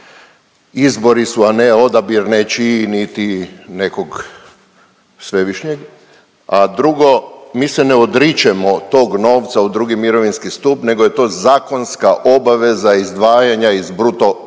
Izbori su, a ne odabir nečiji niti nekog svevišnjeg. A drugo, mi se ne odričemo tog novca u drugi mirovinski stup nego je to zakonska obaveza izdvajanja iz bruto plaće.